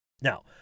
Now